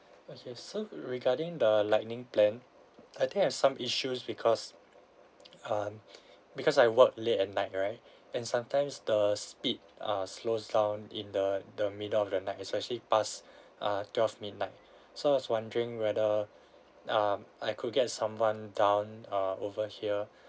okay so regarding the lightning plan I think I have some issues because um because I work late at night right and sometimes the speed uh slows down in the in the middle of the night especially past uh twelve midnight so I was wondering whether err I could get someone down uh over here